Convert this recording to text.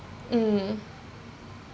mm